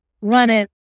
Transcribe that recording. running